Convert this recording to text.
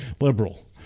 Liberal